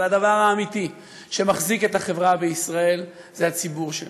אבל הדבר האמיתי שמחזיק את החברה בישראל זה הציבור שלו.